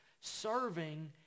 serving